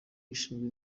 gishinzwe